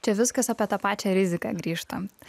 čia viskas apie tą pačią riziką grįžtant